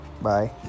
Bye